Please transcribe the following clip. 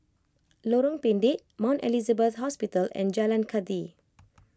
Lorong Pendek Mount Elizabeth Hospital and Jalan Kathi